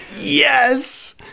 yes